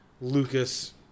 Lucas